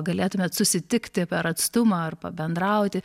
galėtumėt susitikti per atstumą ar pabendrauti